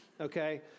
Okay